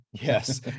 Yes